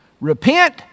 Repent